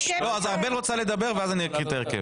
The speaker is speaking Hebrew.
ארבל רוצה לדבר ואחר כך אני אקריא את ההרכב.